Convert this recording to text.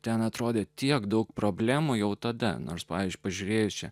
ten atrodė tiek daug problemų jau tada nors pavyzdžiui pažiūrėjusi